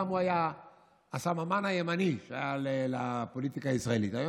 פעם הוא היה הסמן הימני של הפוליטיקה הישראלית.